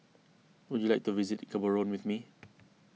would you like to visit Gaborone with me